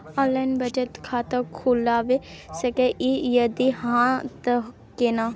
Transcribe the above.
Online बचत खाता खुलै सकै इ, यदि हाँ त केना?